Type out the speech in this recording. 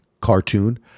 cartoon